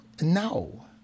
No